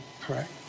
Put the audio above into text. Correct